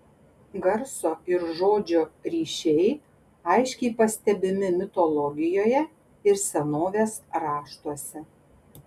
garso ir žodžio ryšiai aiškiai pastebimi mitologijoje ir senovės raštuose